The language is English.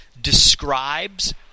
describes